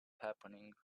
happening